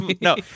No